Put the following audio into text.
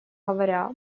говоря